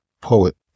poet